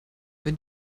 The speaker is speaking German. wenn